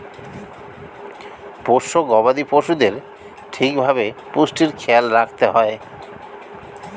পোষ্য গবাদি পশুদের ঠিক ভাবে পুষ্টির খেয়াল রাখতে হয়